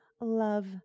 Love